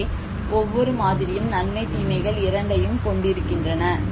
எனவே ஒவ்வொரு மாதிரியும் நன்மை தீமைகள் இரண்டையும் கொண்டிருக்கின்றன